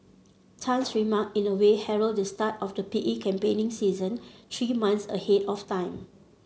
tan's remark in a way herald the start of the P E campaigning season three months ahead of time